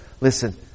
Listen